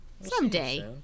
Someday